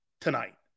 tonight